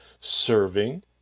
serving